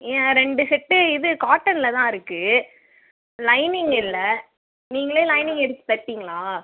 ஏ ரெண்டு செட்டு இது காட்டனில் தான் இருக்குது லைனிங் இல்லை நீங்களே லைனிங் எடுத்து தைப்பிங்ளா